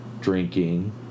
drinking